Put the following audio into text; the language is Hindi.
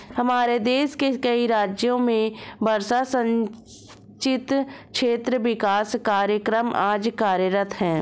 हमारे देश के कई राज्यों में वर्षा सिंचित क्षेत्र विकास कार्यक्रम आज कार्यरत है